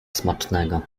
smacznego